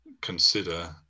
consider